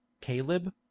CALEB